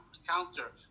encounter